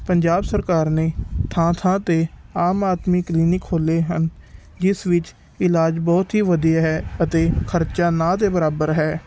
ਪੰਜਾਬ ਸਰਕਾਰ ਨੇ ਥਾਂ ਥਾਂ 'ਤੇ ਆਮ ਆਦਮੀ ਕਲੀਨਿਕ ਖੋਲ੍ਹੇ ਹਨ ਜਿਸ ਵਿੱਚ ਇਲਾਜ ਬਹੁਤ ਹੀ ਵਧੀਆ ਹੈ ਅਤੇ ਖਰਚਾ ਨਾ ਦੇ ਬਰਾਬਰ ਹੈ